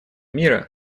мира